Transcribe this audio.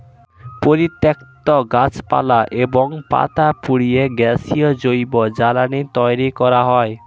পরিত্যক্ত গাছপালা এবং পাতা পুড়িয়ে গ্যাসীয় জৈব জ্বালানি তৈরি করা হয়